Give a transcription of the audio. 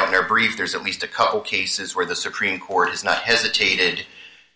out in our brief there's at least a couple cases where the supreme court has not hesitated